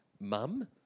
Mum